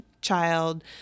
child